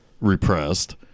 repressed